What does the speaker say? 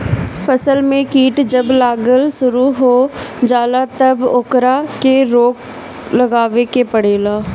फसल में कीट जब लागल शुरू हो जाला तब ओकरा के रोक लगावे के पड़ेला